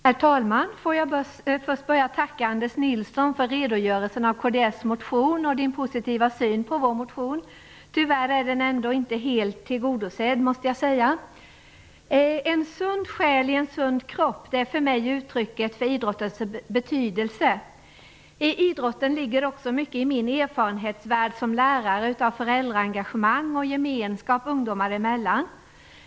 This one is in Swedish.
Herr talman! Först får jag tacka Anders Nilsson för redogörelsen för kds motion och hans positiva syn på vår motion. Tyvärr är den inte helt tillgodosedd, måste jag säga. "En sund själ i en sund kropp" är för mig uttrycket för idrottens betydelse. I idrotten ligger också, enligt min erfarenhetsvärld som lärare, mycket av föräldraengagemang och gemenskap ungdomar emellan.